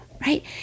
right